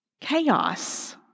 chaos